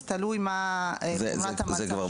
תלוי בחומרת המצב.